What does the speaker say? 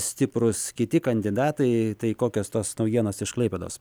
stiprūs kiti kandidatai tai kokios tos naujienos iš klaipėdos